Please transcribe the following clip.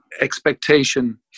expectation